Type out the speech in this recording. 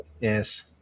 Yes